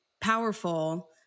powerful